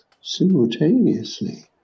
simultaneously